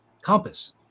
compass